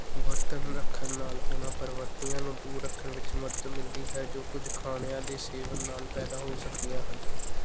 ਬਰਤਨ ਰੱਖਣ ਨਾਲ ਉਨ੍ਹਾਂ ਪ੍ਰਵਿਰਤੀਆਂ ਨੂੰ ਦੂਰ ਰੱਖਣ ਵਿੱਚ ਮਦਦ ਮਿਲਦੀ ਹੈ ਜੋ ਕੁਝ ਖਾਣਿਆਂ ਦੇ ਸੇਵਨ ਨਾਲ ਪੈਦਾ ਹੋ ਸਕਦੀਆਂ ਹਨ